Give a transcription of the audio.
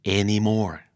anymore